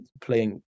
playing